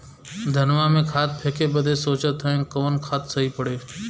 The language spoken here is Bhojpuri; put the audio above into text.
धनवा में खाद फेंके बदे सोचत हैन कवन खाद सही पड़े?